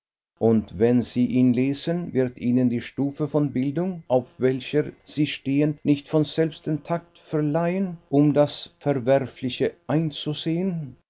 und wenn sie ihn lesen wird ihnen die stufe von bildung auf welcher sie stehen nicht von selbst den takt verleihen um das verwerfliche einzusehen